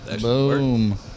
Boom